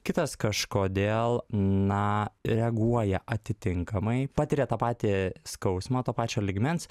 kitas kažkodėl na reaguoja atitinkamai patiria tą patį skausmą to pačio lygmens